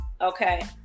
Okay